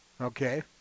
Okay